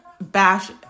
bash